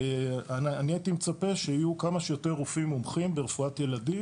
אני הייתי מצפה שיהיו כמה שיותר רופאים מומחים ברפואת ילדים,